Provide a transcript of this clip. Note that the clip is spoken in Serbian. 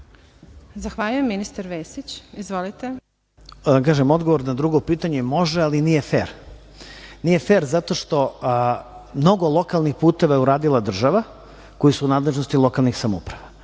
izvolite. **Goran Vesić** Da vam kažem odgovor na drugo pitanje – može, ali nije fer. Nije fer zato što mnogo lokalnih puteva je uradila država koji su u nadležnosti lokalnih samouprava.